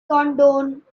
condone